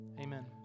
Amen